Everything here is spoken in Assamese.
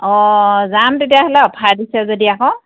অ' যাম তেতিয়াহ'লে অফাৰ দিছে যদি আকৌ